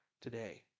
today